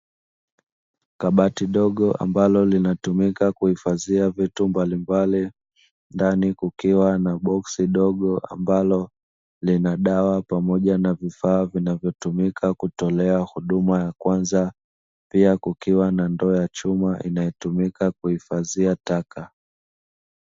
Kabati dogo ambalo linatumika kuhifadhia vitu mbalimbali, ndani kukiwa na boksi dogo ambalo lina dawa pamoja na vifaa vinavyotumika kutolea huduma ya kwanza, pia kukiwa na ndoo ya chuma inayotumika kuhifadhia taka.